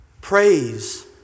Praise